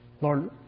Lord